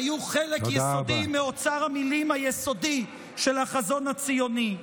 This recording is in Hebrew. היו חלק יסודי מאוצר המילים היסודי של החזון הציוני.